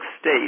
State